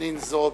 חנין זועבי.